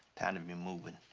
kind of be moving.